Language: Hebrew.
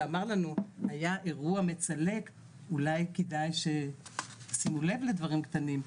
היה אירוע מצלק אולי כדאי שתשימו לב לדברים קטנים,